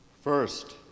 First